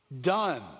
done